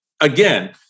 again